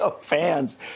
fans